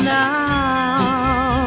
now